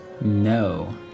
No